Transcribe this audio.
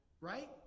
Right